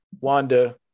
Wanda